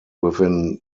within